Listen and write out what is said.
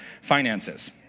finances